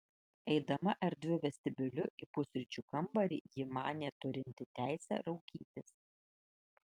eidama erdviu vestibiuliu į pusryčių kambarį ji manė turinti teisę raukytis